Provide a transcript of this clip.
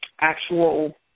actual